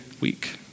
week